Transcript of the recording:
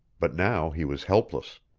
but now he was helpless.